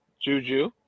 Juju